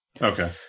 Okay